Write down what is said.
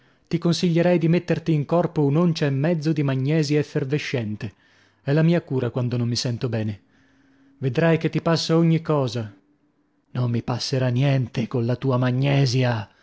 ti consiglierei di metterti in corpo un'oncia e mezzo di magnesia effervescente è la mia cura quando non mi sento bene vedrai che ti passa ogni cosa non mi passerà niente colla tua magnesia